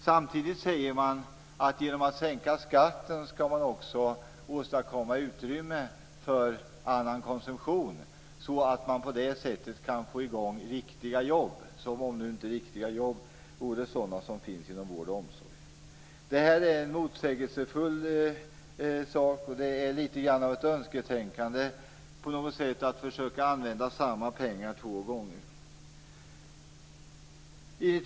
Samtidigt säger Moderaterna att man genom att sänka skatten också skall åstadkomma utrymme för annan konsumtion, så att man på detta sätt kan få i gång riktiga jobb, som om riktiga jobb inte vore sådana som finns inom vård och omsorg. Detta är motsägelsefullt, och det är litet grand av ett önsketänkande att försöka använda samma pengar två gånger.